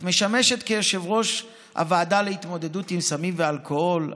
את משמשת יושבת-ראש הוועדה להתמודדות עם סמים ואלכוהול,